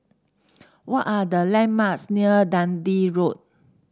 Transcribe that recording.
what are the landmarks near Dundee Road